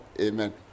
Amen